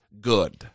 good